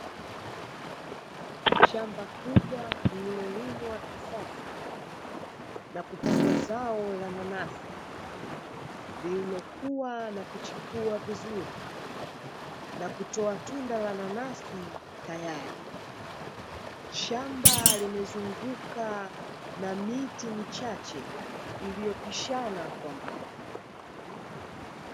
Shamba kubwa lililolimwa kisasa na kupandwa zao la nanasi, lililokua na kuchipua vizuri na kutoa tunda la nanasi tayari. Shamba limezunguka na miti michache iliyopishana kwa mbali.